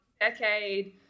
decade